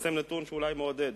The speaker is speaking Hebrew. התפרסם נתון שהוא אולי מעודד: